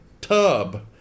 tub